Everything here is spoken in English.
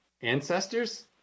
ancestors